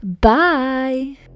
bye